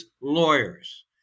lawyers